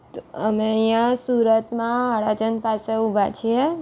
તો અમે અહીંયા સુરતમાં અડાજણ પાસે ઊભાં છીએ